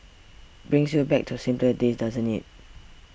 brings you back to simpler days doesn't it